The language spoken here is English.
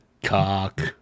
cock